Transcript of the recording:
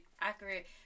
accurate